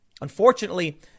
Unfortunately